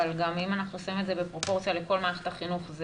גם אם אנחנו עושים את זה בפרופורציה לכל מערכת החינוך.